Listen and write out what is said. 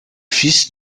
fils